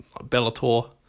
bellator